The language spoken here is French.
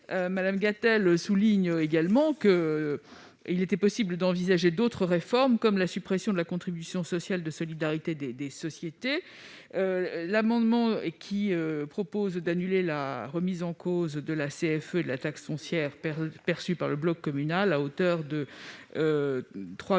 Mme Gatel souligne également qu'il était possible d'envisager d'autres réformes, comme la suppression de la contribution sociale de solidarité des sociétés, la C3S. L'amendement qui vise à annuler la remise en cause de la CFE et de la taxe foncière perçue par le bloc communal à hauteur de 3,4